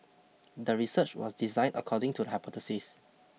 the research was designed according to the hypothesis